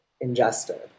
ingested